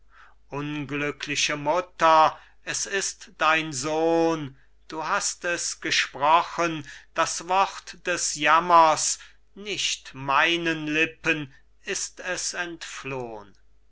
unglückliche mutter es ist dein sohn du hast es gesprochen das wort des jammers nicht meinen lippen ist es entflohn